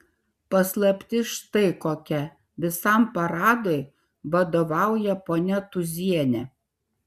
paslaptis štai kokia visam paradui vadovauja ponia tūzienė